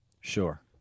Sure